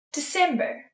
December